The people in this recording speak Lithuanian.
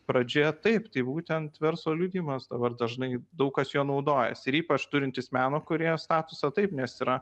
pradžia taip tai būtent verslo liudijimas dabar dažnai daug kas juo naudojasi ir ypač turintys meno kūrėjo statusą taip nes yra